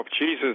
Jesus